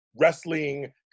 wrestling